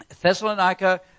Thessalonica